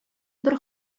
бер